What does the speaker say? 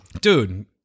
dude